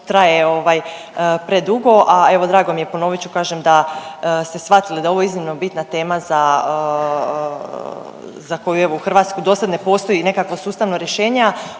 ovaj predugo, a evo drago mi je, ponovit ću, kažem da ste shvatili da je ovo iznimno bitna tema za, za koju evo u Hrvatskoj dosad ne postoji nekakvo sustavno rješenje.